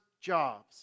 jobs